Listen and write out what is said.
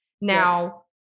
now